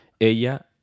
Ella